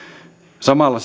samalla